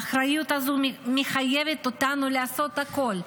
האחריות הזאת מחייבת אותנו לעשות הכול,